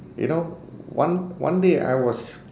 you know one one day I was